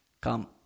come